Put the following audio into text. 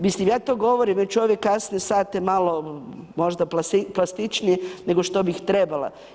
Mislim ja to govorim već u ove kasne sate malo možda plastičnije nego što bih trebala.